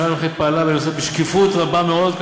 הנוכחית פעלה בנושא בשקיפות רבה מאוד,